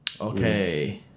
okay